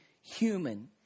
human